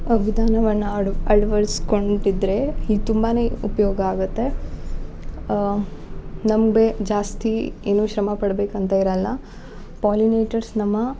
ವಿಧಾನವನ್ನು ಅಡ್ ಅಳ್ವಳ್ಸ್ಕೊಂಡು ಇದ್ದರೆ ಇದು ತುಂಬನೇ ಉಪಯೋಗ ಆಗುತ್ತೆ ನಮ್ಮ ಬೇ ಜಾಸ್ತಿ ಏನು ಶ್ರಮ ಪಡ್ಬೇಕು ಅಂತ ಇರಲ್ಲ ಪಾಲಿನೇಟರ್ಸ್ ನಮ್ಮ